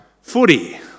footy